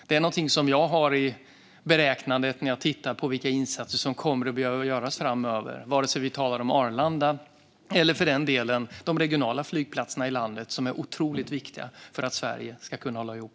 Det är något som jag har med i beräkningen när jag tittar på vilka insatser som kommer att behöva göras framöver vare sig vi talar om Arlanda eller för den delen om de regionala flygplatserna i landet, som är otroligt viktiga för att Sverige ska kunna hålla ihop.